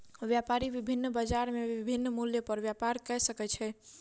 व्यापारी विभिन्न बजार में विभिन्न मूल्य पर व्यापार कय सकै छै